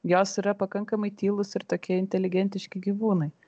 jos yra pakankamai tylūs ir tokie inteligentiški gyvūnai